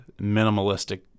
minimalistic